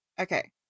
Okay